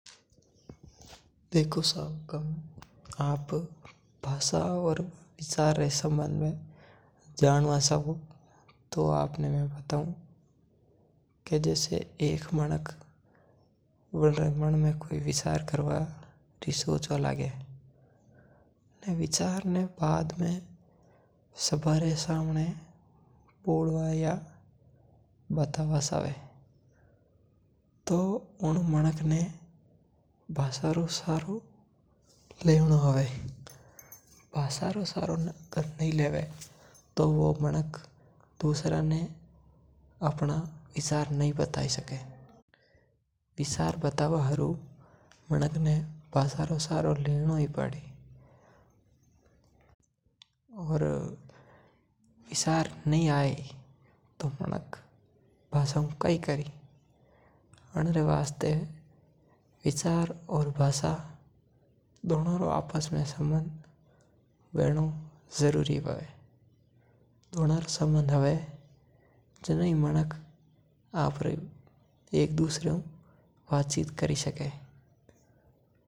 देखो सा हुक्म आप भाषा और विचार रे सम्बन्ध में जानो चाहो तो मु बताऊ कि अगर कोई मानक रे दिमाग में विचार आवे। और वो दुसरे ने बतानो चाहे तो वां ने भाषा रो सहारो लेवणो ही पड़ी। और अगर भाषा रो उपयोग करनो पड़ी तो पहला कि विचार हुवणो जोइजे।